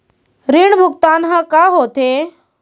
ऋण भुगतान ह का होथे?